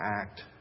act